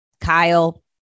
Kyle